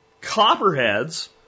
copperheads